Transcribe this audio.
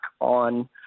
on